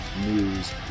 News